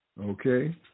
okay